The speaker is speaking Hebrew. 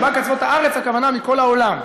ארבע קצוות הארץ, הכוונה מכל העולם.